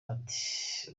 ati